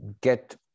get